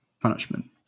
punishment